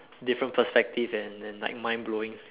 different perspective and and like mind blowing